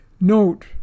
Note